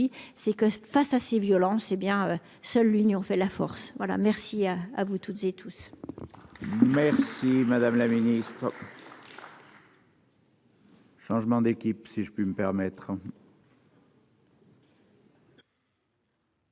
c'est que face à ces violences. Eh bien, seule l'union fait la force. Voilà, merci à vous toutes et tous. Merci, madame la Ministre. Changement d'équipe si je puis me permettre.